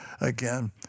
again